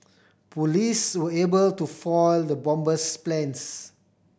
police were able to foil the bomber's plans